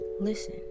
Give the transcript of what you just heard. listen